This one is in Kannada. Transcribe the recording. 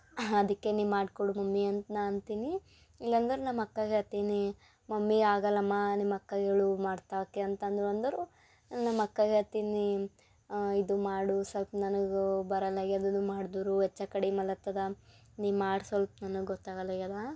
ಅದಕ್ಕೆ ನೀ ಮಾಡಿಕೊಡು ಮಮ್ಮಿ ಅಂತ ನಾ ಅಂತೀನಿ ಇಲ್ಲಾಂದ್ರೆ ನಮ್ಮ ಅಕ್ಕಗ ಹೇಳ್ತೀನಿ ಮಮ್ಮಿ ಆಗಲ್ಲಮ್ಮ ನಿಮ್ಮ ಅಕ್ಕಗೆ ಹೇಳು ಮಾಡ್ತಾಳೆ ಆಕೆ ಅಂತ ಅಂದ್ರೆ ಅಂದರು ನಮ್ಮ ಅಕ್ಕಗೆ ಹೇಳ್ತೀನಿ ಇದು ಮಾಡು ಸಲ್ಪ ನನಗೆ ಬರಲಾಗದದು ಮಾಡಿದ್ರು ಹೆಚ್ಚ ಕಡಿಮೆ ಅಲತ್ತದ ನೀ ಮಾಡು ಸಲ್ಪ ನನಗೆ ಗೊತ್ತಾಗಲ್ಲಾಗ್ಯದ